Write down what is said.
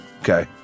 Okay